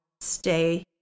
stay